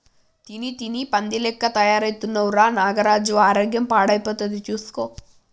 తిని తిని పంది లెక్క తయారైతున్నవ్ రా నాగరాజు ఆరోగ్యం పాడైతది చూస్కో